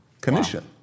commission